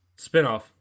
spinoff